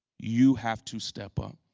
you have to step up.